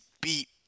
beat